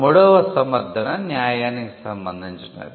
మూడవ సమర్థన 'న్యాయానికి' సంబంధించినది